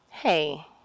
Hey